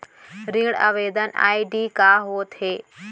ऋण आवेदन आई.डी का होत हे?